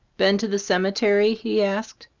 been to the cemetery? he asked.